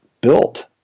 built